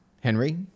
Henry